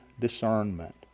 discernment